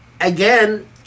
again